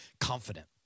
confident